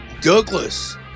Douglas